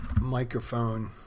microphone